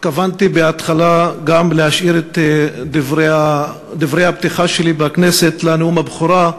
התכוונתי בהתחלה להשאיר את דברי הפתיחה שלי בכנסת לנאום הבכורה,